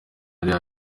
real